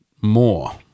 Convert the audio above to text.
more